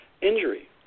Injury